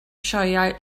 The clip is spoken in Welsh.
sioeau